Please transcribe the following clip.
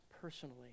personally